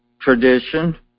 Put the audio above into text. tradition